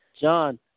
John